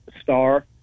Star